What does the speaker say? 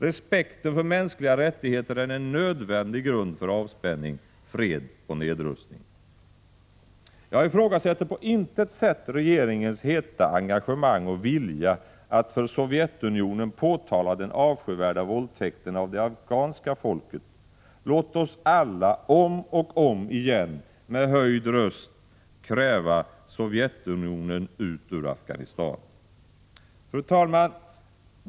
Respekten för mänskliga rättigheter är en nödvändig grund för avspänning, fred och nedrustning. Jag ifrågasätter på intet sätt regeringens heta engagemang och vilja att för Sovjetunionen påtala den avskyvärda våldtäkten av det afghanska folket. Låt oss alla, om och om igen, med höjd röst, kräva Sovjetunionen ut ur Afghanistan! Fru talman!